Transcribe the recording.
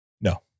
No